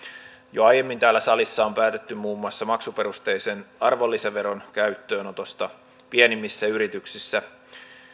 jo aiemmin täällä salissa on päätetty muun muassa maksuperusteisen arvonlisäveron käyttöönotosta pienimmissä yrityksissä